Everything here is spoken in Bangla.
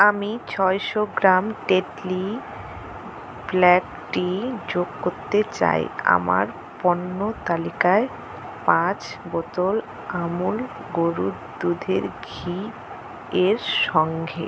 আমি ছয়শো গ্রাম টেটলি ব্ল্যাক টি যোগ করতে চাই আমার পণ্য তালিকায় পাঁচ বোতল আমূল গরুর দুধের ঘি এর সঙ্ঘে